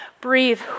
Breathe